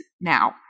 now